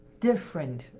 different